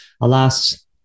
Alas